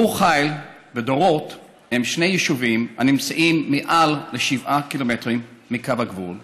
ברור חיל ודורות הם שני יישובים הנמצאים יותר משבעה קילומטר מקו הגבול,